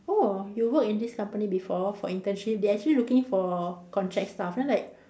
oh you work in this company before for internship they actually looking for contract staff then like